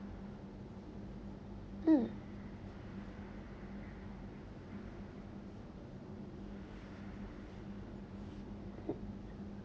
mm